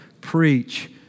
preach